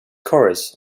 chorus